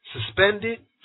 suspended